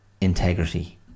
integrity